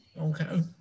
Okay